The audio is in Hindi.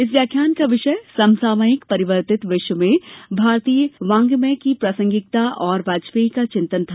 इस व्याख्यान का विषय समसामयिक परिर्वतित विश्व में भारतीय वांग मय की प्रासंगिकता और वाजपेयी का चिंतन था